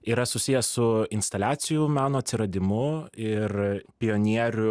yra susijęs su instaliacijų meno atsiradimu ir pionieriu